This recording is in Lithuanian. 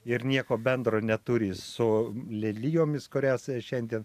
ir nieko bendro neturi su lelijomis kurias šiandien